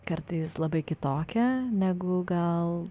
kartais labai kitokia negu gal